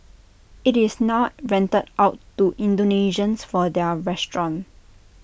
IT is now rented out to Indonesians for their restaurant